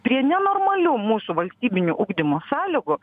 prie nenormalių mūsų valstybinių ugdymo sąlygų